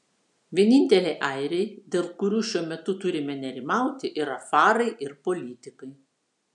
vieninteliai airiai dėl kurių šiuo metu turime nerimauti yra farai ir politikai